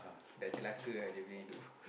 !wah! dah celaka ah dia punya hidup